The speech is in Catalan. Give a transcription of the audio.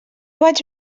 vaig